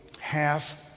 half